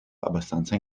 abbastanza